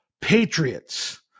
Patriots